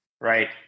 right